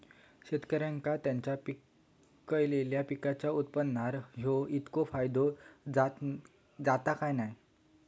शेतकऱ्यांका त्यांचा पिकयलेल्या पीकांच्या उत्पन्नार होयो तितको फायदो जाता काय की नाय?